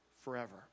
forever